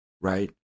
right